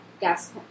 gas